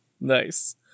nice